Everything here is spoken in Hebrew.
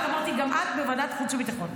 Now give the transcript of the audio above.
רק אמרתי, גם את בוועדת חוץ וביטחון.